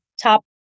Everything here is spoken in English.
top